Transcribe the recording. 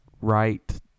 right